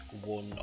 one